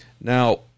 Now